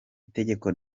itegeko